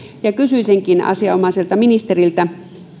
kysyisinkin asianomaiselta ministeriltä